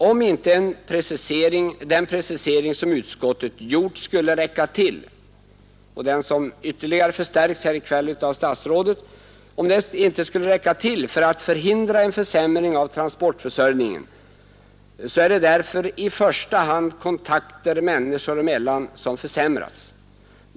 Om den precisering som utskottet gjort — och som ytterligare förstärkts här i kväll av statsrådet — inte skulle räcka till för att förhindra en försämring av transportförsörjningen är det i första hand kontakter människor emellan som försämras.